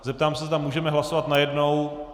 Zeptám se, zda můžeme hlasovat najednou.